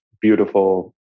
beautiful